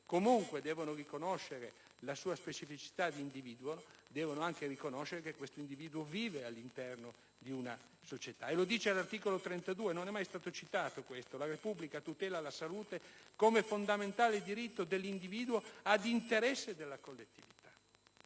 senz'altro riconoscere la sua specificità di individuo, devono anche riconoscere che questo individuo vive all'interno di una società. Dice l'articolo 32 della Costituzione, che non è mai stato citato, che la Repubblica tutela la salute come fondamentale diritto dell'individuo e interesse della collettività.